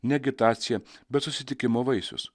ne agitacija bet susitikimo vaisius